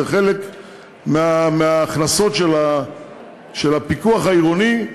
זה חלק מההכנסות של הפיקוח העירוני,